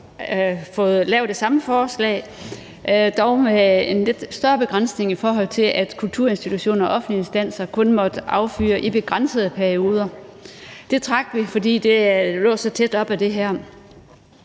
fået lavet det samme forslag, dog med en lidt større begrænsning, i forhold til at kulturinstitutioner og offentlige instanser kun måtte affyre i begrænsede perioder. Det trak vi, fordi det lå så tæt op ad det her.